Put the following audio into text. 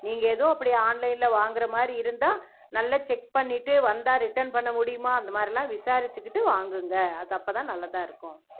நீங்கள் எதுவும் அப்படி ஆன்லைனில் வாங்கிற மாதிரி இருந்தால் நல்ல செக் பண்ணிவிட்டு வந்தா ரிட்டன் பண்ண முடியுமா அந்த மாதிரிலாம் விசாரிச்சுகிட்டு வாங்குங்க அது அப்போதான் நல்லதா இருக்கும்